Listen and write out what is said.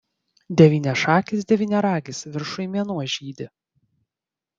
devyniašakis devyniaragis viršuj mėnuo žydi